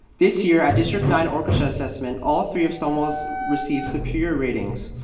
this year at district nine orchestra assessment, all three of stonewall's received superior ratings.